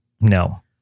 No